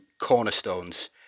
cornerstones